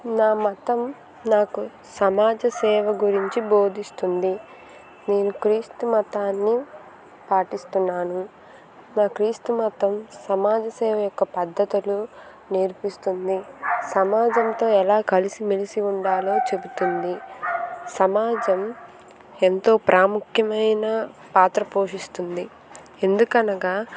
నా మతం నాకు సమాజ సేవ గురించి బోధిస్తుంది నేను క్రీస్తు మతాన్ని పాటిస్తున్నాను నా క్రీస్తు మతం సమాజ సేవ యొక్క పద్ధతులు నేర్పిస్తుంది సమాజంతో ఎలా కలిసి మెలిసి ఉండాలో చెబుతుంది సమాజం ఎంతో ప్రాముఖ్యమైన పాత్ర పోషిస్తుంది ఎందుకనగా